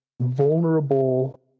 vulnerable